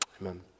Amen